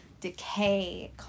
decay